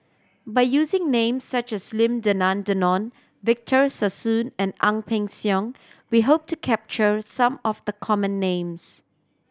by using names such as Lim Denan Denon Victor Sassoon and Ang Peng Siong we hope to capture some of the common names